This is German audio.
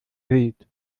bild